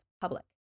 public